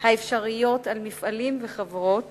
האפשריות על מפעלים וחברות